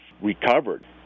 recovered